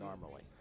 normally